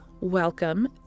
welcome